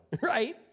right